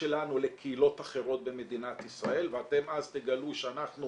שלנו לקהילות אחרות במדינת ישראל ואתם אז תגלו שאנחנו